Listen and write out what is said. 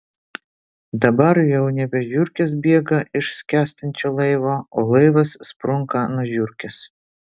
dabar jau nebe žiurkės bėga iš skęstančio laivo o laivas sprunka nuo žiurkės